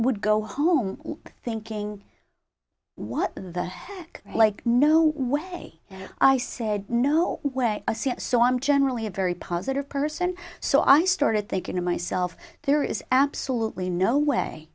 would go home thinking what the heck like no way i said no way a c so i'm generally a very positive person so i started thinking to myself there is absolutely no way